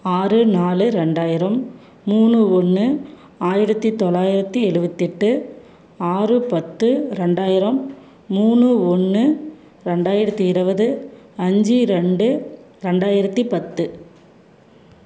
ஆறு நாலு ரெண்டாயிரம் மூணு ஒன்று ஆயிரத்து தொள்ளாயிரத்து எழுவத்தெட்டு ஆறு பத்து ரெண்டாயிரம் மூணு ஒன்று ரெண்டாயிரத்து இருபது அஞ்சு ரெண்டு ரெண்டாயிரத்து பத்து